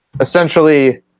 essentially